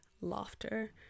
laughter